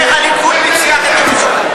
שהליכוד הוביל אותה.